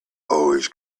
always